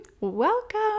welcome